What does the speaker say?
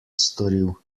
storil